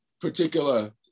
particular